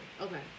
okay